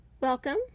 Welcome